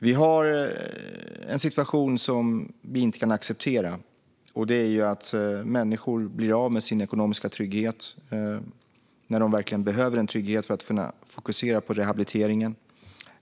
Vi har en situation som vi inte kan acceptera, och det är att människor blir av med sin ekonomiska trygghet när de verkligen behöver den tryggheten för att kunna fokusera på rehabiliteringen.